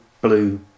blue